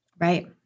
Right